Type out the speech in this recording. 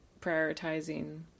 prioritizing